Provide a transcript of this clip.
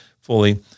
fully